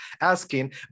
asking